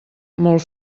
molt